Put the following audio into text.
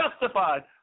justified